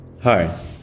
Hi